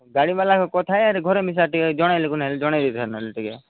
ଗାଡ଼ିବାଲା କଥା ହେଇ କରି ଘରେ ମିଶା ଟିକେ ଜଣାଇଲୁ କି ନାହିଁ ବୋଲି ଜଣାଇ ଦେଇଥାଆନ୍ତୁ ନହେଲେ ଟିକେ